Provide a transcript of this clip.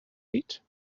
eat